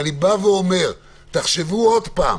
תחשבו שוב.